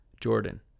Jordan